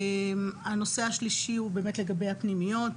הנושא השלישי הוא לגבי הפנימיות.